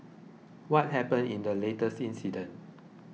what happened in the latest incident